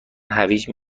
هویج